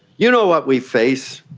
you know what we face.